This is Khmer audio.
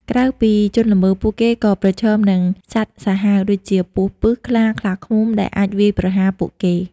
ក្រៅពីជនល្មើស ពួកគេក៏ប្រឈមនឹង សត្វសាហាវ ដូចជាពស់ពិស ខ្លា ខ្លាឃ្មុំ ដែលអាចវាយប្រហារពួកគេ។